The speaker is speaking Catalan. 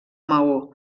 maó